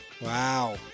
Wow